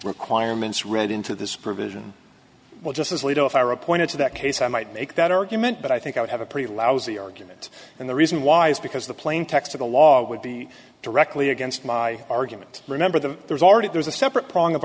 requirements read into this provision well just as legal if i were appointed to that case i might make that argument but i think i would have a pretty lousy argument and the reason why is because the plain text of the law would be directly against my argument remember the there's already there's a separate prong of